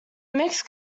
mixed